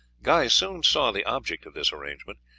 guy soon saw the object of this arrangement.